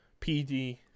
PD